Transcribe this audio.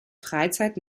freizeit